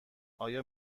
آیا